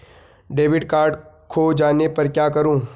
Debit card खो जाने पर क्या करूँ?